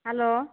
hello